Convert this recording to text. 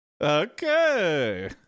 Okay